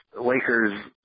Lakers